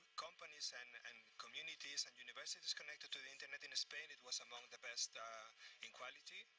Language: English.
companies and and communities and universities connected to the internet in spain, it was among the best in quality.